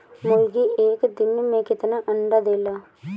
मुर्गी एक दिन मे कितना अंडा देला?